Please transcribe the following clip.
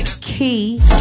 Key